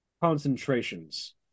concentrations